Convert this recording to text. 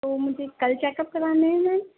تو مجھے کل چیکپ کرانے ہیں میم